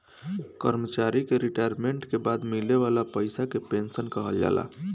कर्मचारी के रिटायरमेंट के बाद मिले वाला पइसा के पेंशन कहल जाला